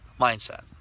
mindset